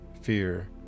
fear